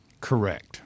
Correct